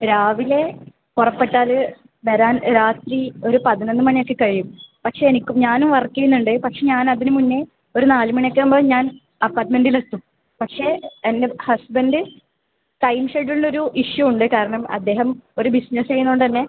രാവിലെ പുറപ്പെട്ടാല് വരാൻ രാത്രി ഒരു പതിനൊന്ന് മണി ഒക്കെ കഴിയും പക്ഷെ എനിക്ക് ഞാനും വർക്ക് ചെയ്യുന്നുണ്ട് പക്ഷെ ഞാൻ അതിന് മുന്നേ ഒര് നാല് മണി ഒക്കെ ആകുമ്പോൾ ഞാൻ അപ്പാർട്ട്മെൻറ്റിൽ എത്തും പക്ഷെ എൻ്റെ ഹസ്ബൻഡ് ടൈം ഷെഡ്യൂളിൽ ഒരു ഇഷ്യൂ ഉണ്ട് കാരണം അദ്ദേഹം ഒര് ബിസിനസ്സ് ചെയ്യുന്നത് കൊണ്ട് തന്നെ